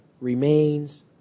remains